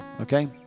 Okay